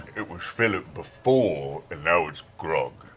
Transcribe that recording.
it was philip before, and now it's grog.